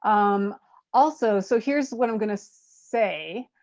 um also, so here's what i'm gonna say.